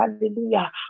hallelujah